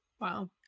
Wow